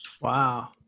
Wow